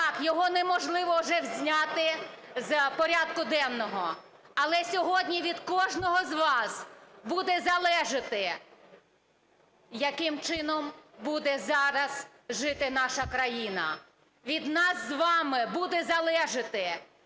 Так, його неможливо вже зняти з порядку денного. Але сьогодні від кожного з вас буде залежати, яким чином буде зараз жити наша країна. Від нас з вами буде залежати,